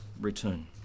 return